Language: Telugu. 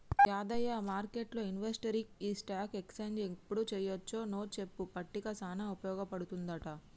యాదయ్య మార్కెట్లు ఇన్వెస్టర్కి ఈ స్టాక్ ఎక్స్చేంజ్ ఎప్పుడు చెయ్యొచ్చు నో చెప్పే పట్టిక సానా ఉపయోగ పడుతుందంట